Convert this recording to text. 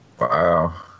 Wow